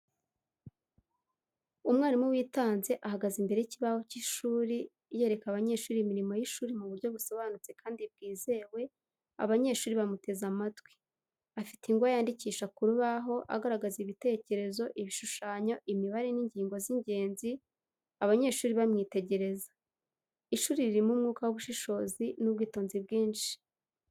Umwarimu witanze ahagaze imbere y’ikibaho cy’ishuri, yereka abanyeshuri imirimo y’ishuri mu buryo busobanutse kandi bwizewe, abanyeshuri bamuteze amatwi. Afite ingwa yandikisha k'urubaho, agaragaza ibitekerezo, ibishushanyo, imibare, n’ingingo z’ingenzi, abanyeshuri bamwitegereza. Ishuri ririmo umwuka w’ubushishozi n’ubwitonzi bwinshi.